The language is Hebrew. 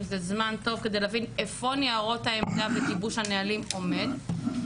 זה זמן טוב כדי להבין איפה ניירות העמדה וגיבוש הנהלים עומדים.